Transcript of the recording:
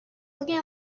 looking